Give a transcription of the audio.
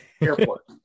Airport